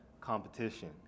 competition